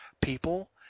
people